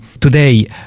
today